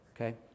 okay